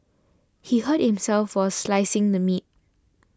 he hurt himself while slicing the meat